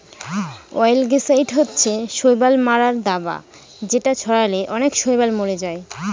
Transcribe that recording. অয়েলগেসাইড হচ্ছে শৈবাল মারার দাবা যেটা ছড়ালে অনেক শৈবাল মরে যায়